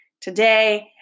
Today